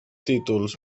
títols